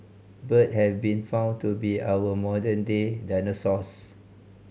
bird have been found to be our modern day dinosaurs